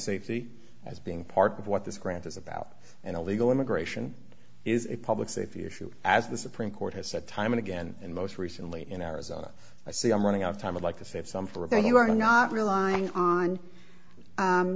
safety as being part of what this grant is about and illegal immigration is a public safety issue as the supreme court has said time and again and most recently in arizona i say i'm running out of time i'd like to save some for you are not relying on